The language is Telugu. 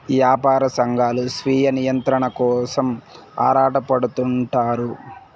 యాపార సంఘాలు స్వీయ నియంత్రణ కోసం ఆరాటపడుతుంటారు